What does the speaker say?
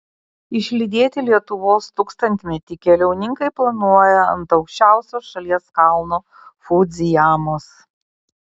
išlydėti lietuvos tūkstantmetį keliauninkai planuoja ant aukščiausio šalies kalno fudzijamos